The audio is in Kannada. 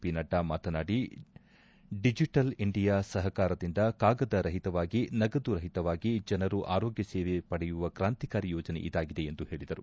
ಪಿ ನಡ್ಡಾ ಮಾತನಾಡಿ ಡಿಜೆಟಲ್ ಇಂಡಿಯಾ ಸಪಕಾರದಿಂದ ಕಾಗದ ರಹಿತವಾಗಿ ನಗದು ರಹಿತವಾಗಿ ಜನರು ಆರೋಗ್ಯ ಸೇವೆ ಪಡೆಯುವ ಕಾಂತ್ರಿಕಾರಿ ಯೋಜನೆ ಇದಾಗಿದೆ ಎಂದು ಹೇಳಿದರು